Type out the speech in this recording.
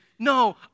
No